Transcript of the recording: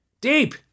deep